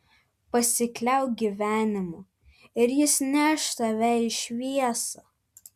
pasikliauk gyvenimu ir jis neš tave į šviesą